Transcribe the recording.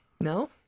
no